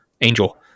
angel